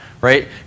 right